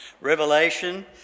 Revelation